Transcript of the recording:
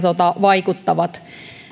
vaikuttavat